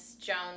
Jones